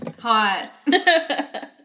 Hot